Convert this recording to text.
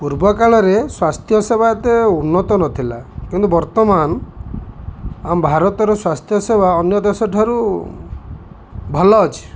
ପୂର୍ବକାଳରେ ସ୍ୱାସ୍ଥ୍ୟ ସେବା ଏତେ ଉନ୍ନତ ନଥିଲା କିନ୍ତୁ ବର୍ତ୍ତମାନ ଆମ ଭାରତର ସ୍ୱାସ୍ଥ୍ୟ ସେବା ଅନ୍ୟ ଦେଶଠାରୁ ଭଲ ଅଛି